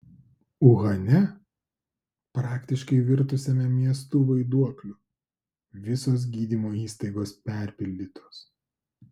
uhane praktiškai virtusiame miestu vaiduokliu visos gydymo įstaigos perpildytos